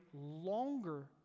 longer